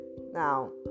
Now